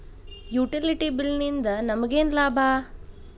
Utility bill ನಿಂದ್ ನಮಗೇನ ಲಾಭಾ?